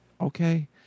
okay